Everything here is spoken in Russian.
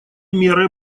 меры